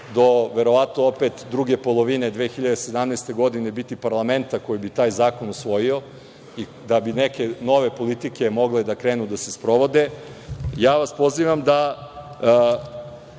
do, verovatno, druge polovine 2017. godine biti parlamenta koji bi taj zakon usvojio, da bi neke nove politike mogle da krenu da se sprovode. Pozivam vas